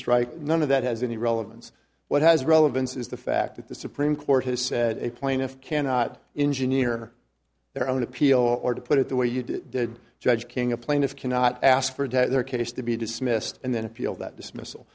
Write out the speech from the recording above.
strike none of that has any relevance what has relevance is the fact that the supreme court has said a plaintiff cannot engine ear their own appeal or to put it the way you did did judge king a plaintiff cannot ask for their case to be dismissed and then appeal that dismiss